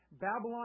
Babylon